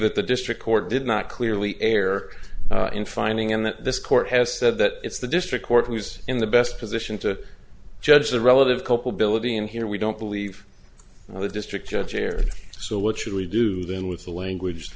that the district court did not clearly err in finding and that this court has said that it's the district court who's in the best position to judge the relative culpability and here we don't believe the district judge erred so what should we do then with the language t